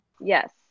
yes